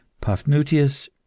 Paphnutius